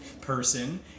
person